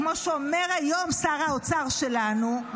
כמו שאומר היום שר האוצר שלנו,